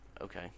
Okay